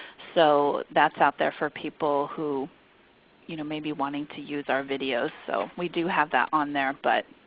so that's out there for people who you know may be wanting to use our videos. so we do have that on there. but